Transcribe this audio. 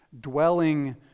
dwelling